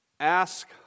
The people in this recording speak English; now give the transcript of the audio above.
Ask